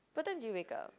what time did you wake up